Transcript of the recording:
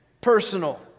personal